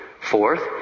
Fourth